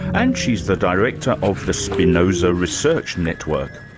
and she's the director of the spinoza research network,